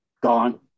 gone